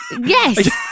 Yes